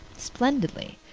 splendidly.